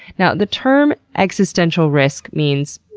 now the term existential risk means,